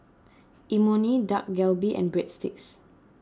Imoni Dak Galbi and Breadsticks